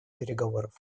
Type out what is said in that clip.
переговоров